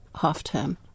half-term